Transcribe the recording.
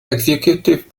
executive